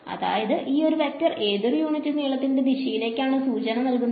അതായത് ഈ ഒരു വെക്ടർ ഏതൊരു യൂണിറ്റ് നീളത്തിന്റെ ദിശയിലേക്ക് ആണ് സൂചന നൽകുന്നത്